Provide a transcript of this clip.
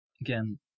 again